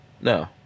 No